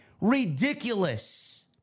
ridiculous